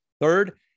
Third